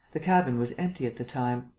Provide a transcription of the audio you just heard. the cabin was empty at the time.